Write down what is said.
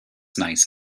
nice